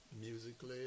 musically